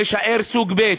נישאר סוג ב'.